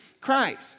Christ